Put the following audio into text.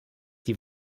die